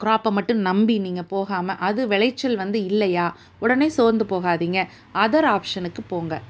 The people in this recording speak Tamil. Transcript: கிராப்பை மட்டும் நம்பி நீங்கள் போகாமல் அது விளைச்சல் வந்து இல்லையா உடனே சோர்ந்து போகாதீங்க அதர் ஆப்ஷனுக்கு போங்கள்